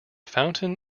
fountain